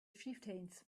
chieftains